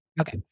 Okay